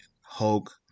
Hulk